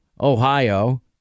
Ohio